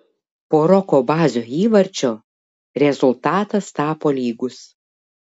po roko bazio įvarčio rezultatas tapo lygus